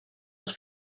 els